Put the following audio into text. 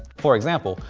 for example,